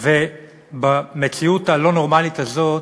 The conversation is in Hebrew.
ובמציאות הלא-נורמלית הזאת